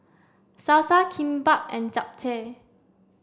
Salsa Kimbap and Japchae